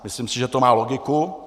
Myslím si, že to má logiku.